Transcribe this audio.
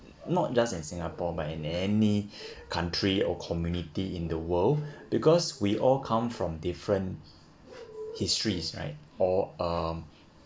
not just in singapore but in any country or community in the world because we all come from different histories right or um